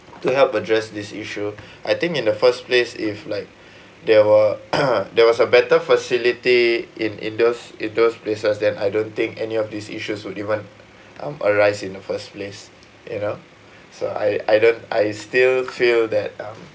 to help address this issue I think in the first place if like there were there was a better facility in in those in those places then I don't think any of these issues would even um arise in the first place you know so I I don't I still feel that um